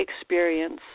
experience